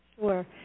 Sure